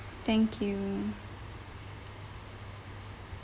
thank you